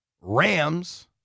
Rams